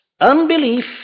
Unbelief